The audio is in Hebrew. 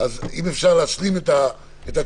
ב-5%